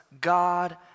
God